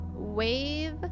wave